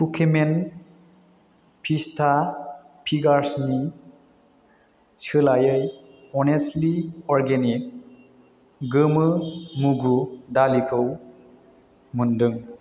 कुकिमेन पिस्ता फिंगार्सनि सोलायै अनेस्टलि अर्गेनिक गोमो मुगु दालिखौ मोन्दों